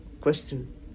question